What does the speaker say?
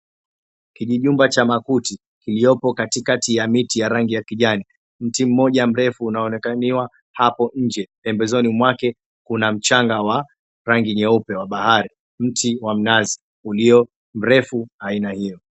Kijinyumba cha makuti kiliopo kati kati ya rangi ya kijani. Mti mmoja mrefu unaonekaniwa hapo nje. Pembezoni mwake kuna mchanga wa rangi nyeupe wa bahari. Mti wa mnazi ulio mrefu aina hiyo.